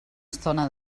estona